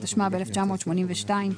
התשמ"ב-1982,